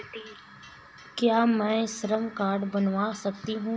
क्या मैं श्रम कार्ड बनवा सकती हूँ?